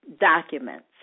documents